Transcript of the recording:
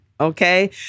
Okay